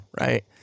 right